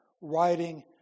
writing